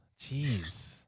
jeez